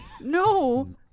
no